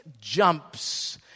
jumps